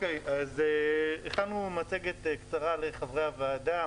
הכנו מצגת קצרה לחברי הוועדה.